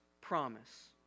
promise